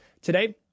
Today